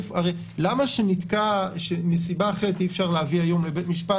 למה שמסיבה אחרת אי-אפשר להביא היום לבית משפט